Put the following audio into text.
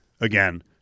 again